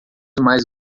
mais